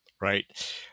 right